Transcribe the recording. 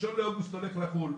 ה-1 באוגוסט הולך לחול,